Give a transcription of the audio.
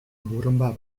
burrunba